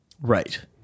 Right